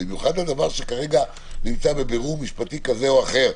במיוחד לדבר שכרגע נמצא בבירור משפטי כזה או אחר,